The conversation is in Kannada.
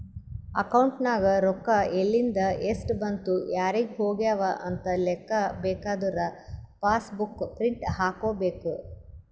ಅಕೌಂಟ್ ನಾಗ್ ರೊಕ್ಕಾ ಎಲಿಂದ್, ಎಸ್ಟ್ ಬಂದು ಯಾರಿಗ್ ಹೋಗ್ಯವ ಅಂತ್ ಲೆಕ್ಕಾ ಬೇಕಾದುರ ಪಾಸ್ ಬುಕ್ ಪ್ರಿಂಟ್ ಹಾಕೋಬೇಕ್